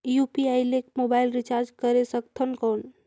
UPI ले mobile recharge करे सकथन कौन?